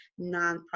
nonprofit